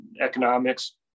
economics